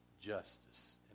justice